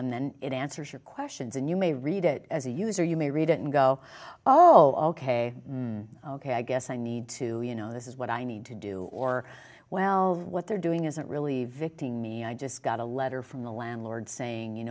and then it answers your questions and you may read it as a user you may read it and go oh ok ok i guess i need to you know this is what i need to do or well what they're doing isn't really victim me i just got a letter from the landlord saying you